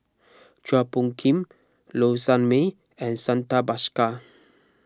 Chua Phung Kim Low Sanmay and Santha Bhaskar